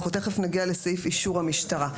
אנחנו תיכף נגיע לסעיף אישור המשטרה.